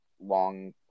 long